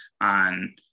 on